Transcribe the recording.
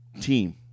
team